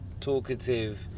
talkative